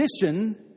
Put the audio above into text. position